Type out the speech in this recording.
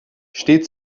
steht